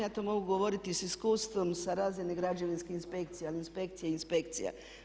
Ja to mogu govoriti s iskustvo sa razine građevinske inspekcije, ali inspekcija je inspekcija.